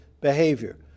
behavior